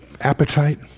appetite